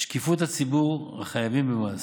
שקיפות לציבור החייבים במס,